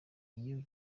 iyo